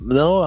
no